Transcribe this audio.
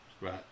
Right